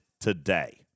today